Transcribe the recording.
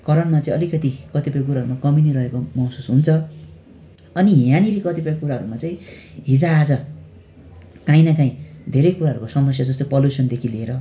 करणमा चाहिँ अलिकति कतिपय कुरोहरूमा कमी नै रहेको महसुस हुन्छ अनि यहाँनिर कतिपय कुराहरूमा चाहिँ हिजो आज कहीँ न कहीँ धेरै कुराहरूको समस्या जस्तै पलुसनदेखि लिएर